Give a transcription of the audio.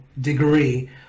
degree